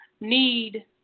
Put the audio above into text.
need